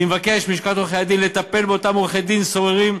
אני מבקש מלשכת עורכי-הדין לטפל באותם עורכי-דין סוררים,